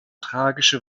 tragische